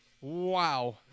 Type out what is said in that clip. Wow